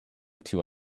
two